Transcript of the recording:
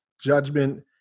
judgment